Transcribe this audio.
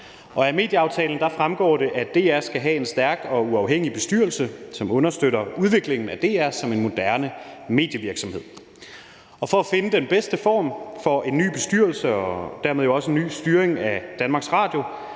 Af medieaftalen fremgår det, at DR skal have en stærk og uafhængig bestyrelse, som understøtter udviklingen af DR som en moderne medievirksomhed. For at finde den bedste form for en ny bestyrelse og dermed også en ny styring af DR